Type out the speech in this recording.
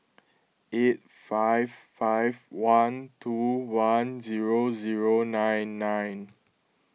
eight five five one two one zero zero nine nine